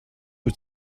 wyt